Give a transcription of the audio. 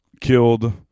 killed